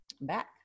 back